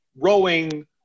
Rowing